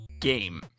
game